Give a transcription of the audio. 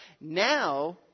Now